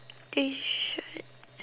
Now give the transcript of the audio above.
they should